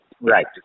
Right